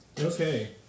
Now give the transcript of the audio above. Okay